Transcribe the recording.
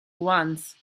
wants